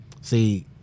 see